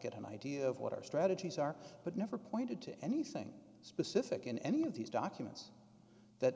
get an idea of what our strategies are but never pointed to anything specific in any of these documents that